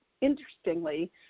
interestingly